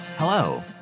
Hello